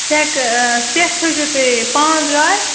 سٮ۪کھ آ سٮ۪کھ تھٲوزیٚو تُہۍ پانٛژھ گاڑِ